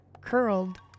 curled